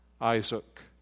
Isaac